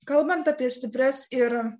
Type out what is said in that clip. kalbant apie stiprias ir